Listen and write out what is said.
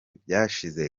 byashize